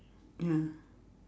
ya